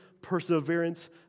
perseverance